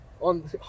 On